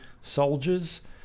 soldiers